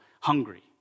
hungry